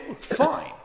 fine